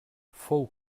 fou